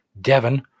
Devon